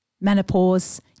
menopause